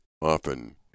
often